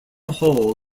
hall